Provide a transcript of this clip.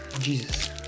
Jesus